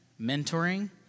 mentoring